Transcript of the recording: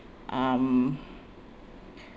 um